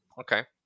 Okay